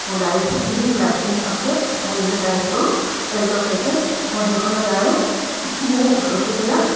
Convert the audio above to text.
মোৰ driving licence আছে মই নিজে ড্ৰাইভ কৰোঁ এল্ট' কে টেন মই সেইখনৰ দ্বাৰাইও মোৰ ওচৰ চুবুৰীয়া